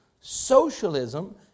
socialism